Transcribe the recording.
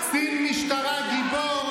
קצין משטרה גיבור,